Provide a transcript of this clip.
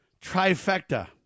trifecta